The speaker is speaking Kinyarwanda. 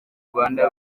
rwanda